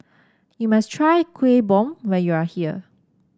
you must try Kueh Bom when you are here